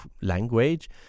language